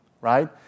right